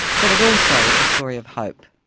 but it also. it's a story of hope,